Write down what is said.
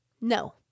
No